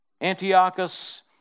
Antiochus